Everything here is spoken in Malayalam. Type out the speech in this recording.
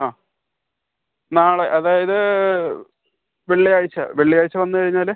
ആ നാളെ അതായത് വെള്ളിയാഴ്ച വെള്ളിയാഴ്ച വന്നു കഴിഞ്ഞാൽ